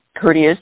courteous